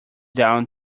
down